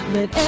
Let